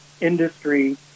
industry